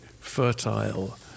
fertile